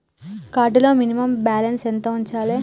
Card లో minimum balance ఎంత ఉంచాలే?